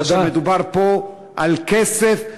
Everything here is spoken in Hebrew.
כאשר מדובר פה על כסף,